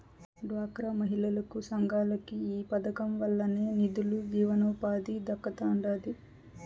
డ్వాక్రా మహిళలకి, సంఘాలకి ఈ పదకం వల్లనే నిదులు, జీవనోపాధి దక్కతండాడి